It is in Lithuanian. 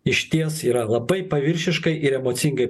išties yra labai paviršiškai ir emocingai